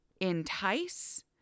entice